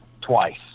Twice